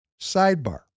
sidebar